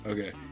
Okay